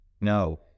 No